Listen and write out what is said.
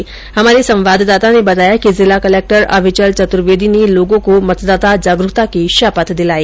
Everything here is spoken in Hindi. दौसा से हमारे संवाददाता ने बताया कि जिला कलेक्टर अविचल चतुर्वेदी ने लोगो को मतदाता जागरूकता की शपथ दिलाई